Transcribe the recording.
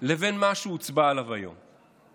לבין מה שהוצבע עליו היום.